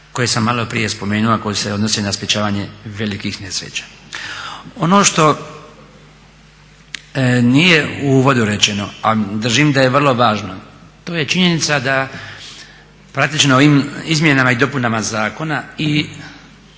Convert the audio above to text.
koje sam maloprije spomenuo a koji se odnose na sprječavanje velikih nesreća. Ono što nije u uvodu rečeno a držim da je vrlo važno to je činjenica da praktično ovim izmjenama i dopunama zakona i